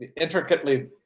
intricately